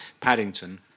Paddington